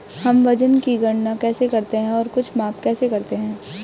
हम वजन की गणना कैसे करते हैं और कुछ माप कैसे करते हैं?